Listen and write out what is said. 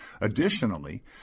Additionally